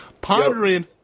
Pondering